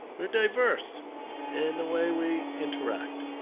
we are diverse in the way we interact.